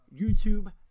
YouTube